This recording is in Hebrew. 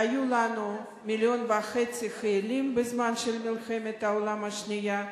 היו לנו מיליון וחצי חיילים בזמן מלחמת העולם השנייה,